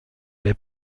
les